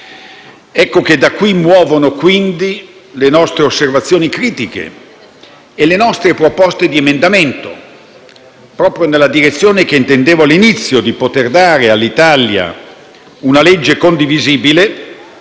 soggetti. Di qui muovono quindi le nostre osservazioni critiche e le nostre proposte di emendamento. Proprio nella direzione che intendevo all'inizio, di poter dare all'Italia una legge condivisibile,